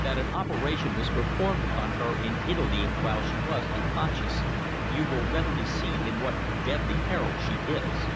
that an operation was performed upon her in italy while she was unconscious you will readily see in what deadly peril she is.